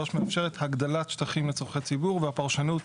מאפשרת הגדלת שטחים לצרכי ציבור והפרשנות